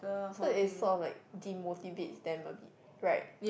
so it sort of like demotivates them a bit right